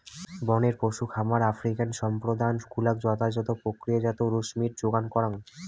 বনের পশু খামার আফ্রিকান সম্প্রদায় গুলাক যথাযথ প্রক্রিয়াজাত বুশমীট যোগান করাং